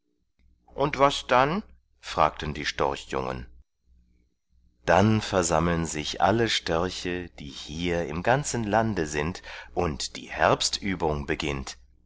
und was dann fragten die storchjungen dann versammeln sich alle störche die hier im ganzen lande sind und die herbstübung beginnt